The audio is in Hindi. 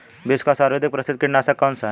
विश्व का सर्वाधिक प्रसिद्ध कीटनाशक कौन सा है?